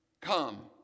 come